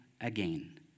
again